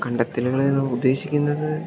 കണ്ടെത്തലുകൾ എന്ന് ഉദ്ദേശിക്കുന്നത്